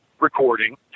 recording